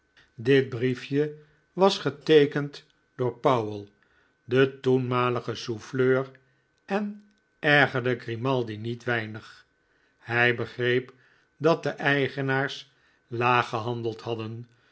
dit briefje was geteekend door powell den toenmaligen souffleur en ergerde grimaldi niet weinig hij begreep dat de eigenaars laag gehandeld hadden